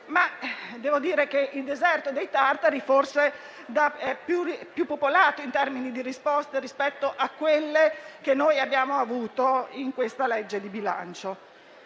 ma devo dire che il deserto dei Tartari forse è più popolato in termini di risposte rispetto a quelle che abbiamo avuto in questa legge di bilancio.